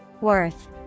Worth